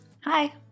Hi